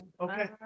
Okay